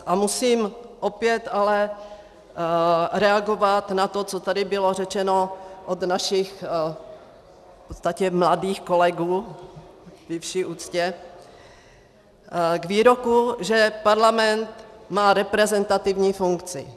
A musím opět ale reagovat na to, co tady bylo řečeno od našich v podstatě mladých kolegů, ve vší úctě, k výroku, že parlament má reprezentativní funkci.